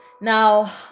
Now